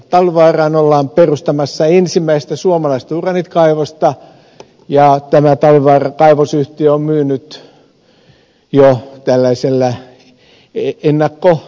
talvivaaraan ollaan perustamassa ensimmäistä suomalaista uraanikaivosta ja tämä talvivaaran kaivosyhtiö on myynyt jo tälläisellä ei enää ole